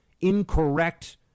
incorrect